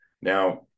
Now